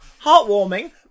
heartwarming